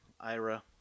ira